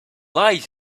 lies